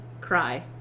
cry